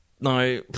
Now